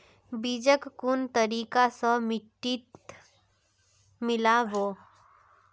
बीजक कुन तरिका स मिट्टीत मिला बो